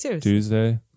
Tuesday